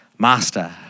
Master